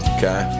Okay